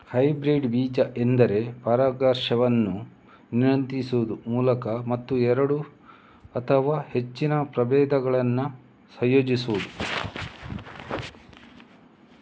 hybrid ಬೀಜ ಎಂದರೆ ಪರಾಗಸ್ಪರ್ಶವನ್ನು ನಿಯಂತ್ರಿಸುವ ಮೂಲಕ ಮತ್ತು ಎರಡು ಅಥವಾ ಹೆಚ್ಚಿನ ಪ್ರಭೇದಗಳನ್ನ ಸಂಯೋಜಿಸುದು